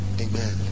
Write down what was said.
Amen